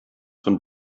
von